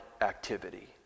activity